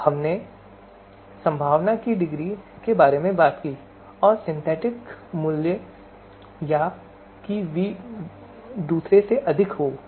इसलिए हमने संभावना की डिग्री के बारे में बात की कि एक सिंथेटिक मूल्य का वी दूसरे से अधिक है